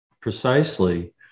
precisely